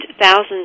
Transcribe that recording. thousands